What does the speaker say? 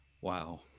Wow